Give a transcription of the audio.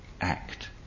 act